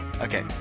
okay